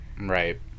Right